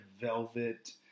velvet